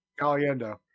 Caliendo